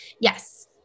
yes